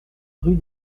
rue